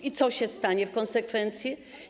I co się stanie w konsekwencji?